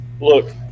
Look